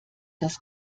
das